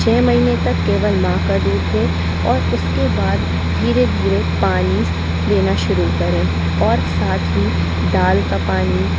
छः महीने तक केवल माँ का दूध दें और उसके बाद धीरे धीरे पानी देना शुरू करें और साथ ही दाल का पानी